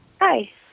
Hi